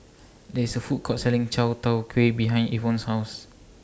There IS A Food Court Selling Chai Tow Kway behind Evon's House